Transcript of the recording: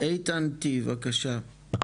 איתן טי בבקשה.